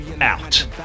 out